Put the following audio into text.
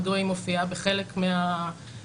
מדוע היא מופיעה בחלק מהסעיפים,